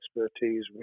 expertise